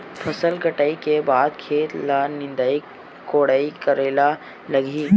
फसल कटाई के बाद खेत ल निंदाई कोडाई करेला लगही?